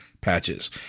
patches